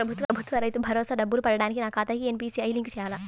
ప్రభుత్వ రైతు భరోసా డబ్బులు పడటానికి నా ఖాతాకి ఎన్.పీ.సి.ఐ లింక్ చేయాలా?